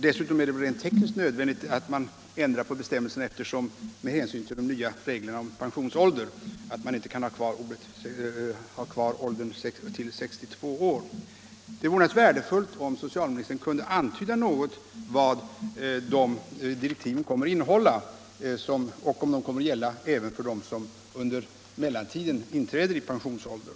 Dessutom är det väl rent tekniskt nödvändigt att bestämmelserna ändras med hänsyn till de nya reglerna om pensionsåldern som gör att man inte kan ha kvar 62 år som en gräns. Det vore naturligtvis värdefullt om socialministern kunde antyda något om vad direktiven kommer att innehålla och om bestämmelserna kommer att gälla även för dem som under mellantiden inträder i pensionsåldern.